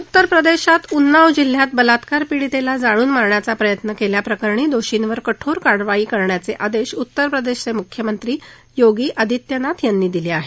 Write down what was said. उत्तरप्रदेशात उन्नाव जिल्ह्यात बलात्कार पीडितेला जाळून मारण्याचा प्रयत्न केल्याप्रकरणी दोषींवर कठोर कारवाई करण्याचे आदेश उत्तरप्रदेशचे मुख्यमंत्री योगी आदित्यनाथ यांनी दिले आहेत